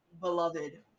beloved